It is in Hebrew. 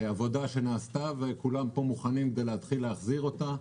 זאת עבודה שנעשתה וכולם פה מוכנים להתחיל להחזיר אותה.